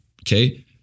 okay